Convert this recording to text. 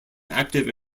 active